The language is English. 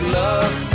love